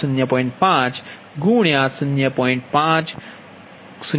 7 0